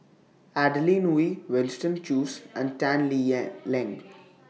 Adeline Ooi Winston Choos and Tan Lee Leng